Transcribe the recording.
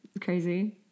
Crazy